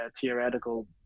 theoretical